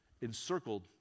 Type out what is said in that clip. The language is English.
encircled